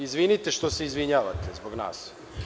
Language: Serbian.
Izvinite što se izvinjavate zbog nas.